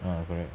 ah correct